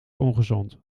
ongezond